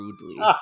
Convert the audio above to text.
rudely